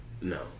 No